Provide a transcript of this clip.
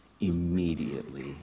Immediately